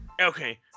Okay